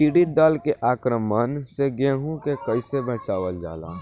टिडी दल के आक्रमण से गेहूँ के कइसे बचावल जाला?